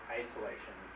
isolation